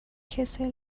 کسل